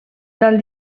cal